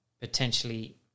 potentially